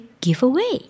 Giveaway